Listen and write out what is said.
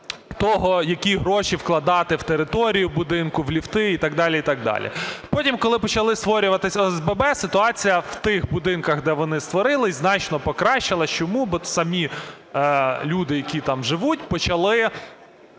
того, які гроші вкладати в територію будинку, в ліфти і так далі, і так далі. Потім, коли почали створюватись ОСББ, ситуація в тих будинках, де вони створилися, значно покращилась. Чому? Бо самі люди, які там живуть, почали